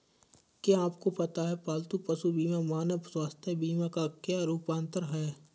क्या आपको पता है पालतू पशु बीमा मानव स्वास्थ्य बीमा का एक रूपांतर है?